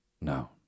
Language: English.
No